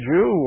Jew